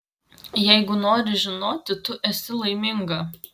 jeigu nori žinoti tu esi laiminga